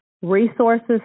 Resources